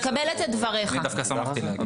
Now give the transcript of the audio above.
אני דווקא שמחתי להגיע.